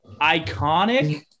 iconic –